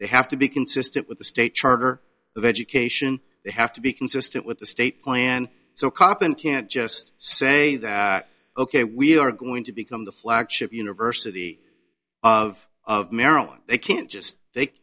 they have to be consistent with the state charter of education they have to be consistent with the state plan so koppen can't just say ok we are going to become the flagship university of maryland they can't just th